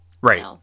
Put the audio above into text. right